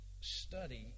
study